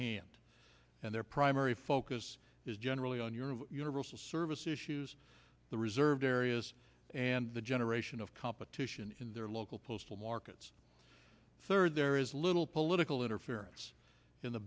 hand and their primary focus is generally on your universal service issues the reserved areas and the generation of competition in their local postal markets third there is little political interference in the